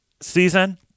season